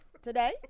Today